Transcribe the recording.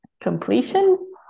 completion